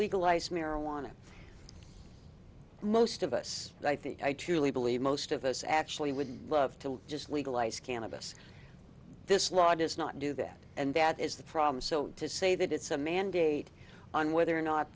legalize marijuana most of us i think i truly believe most of us actually would love to just legalize cannabis this law does not do that and that is the problem so to say that it's a mandate on whether or